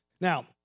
Now